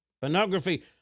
pornography